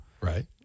Right